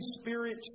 Spirit